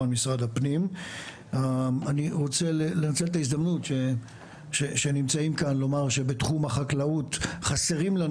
אני רוצה לנצל את ההזדמנות שנמצאים כאן שבתחום החקלאות חסרים לנו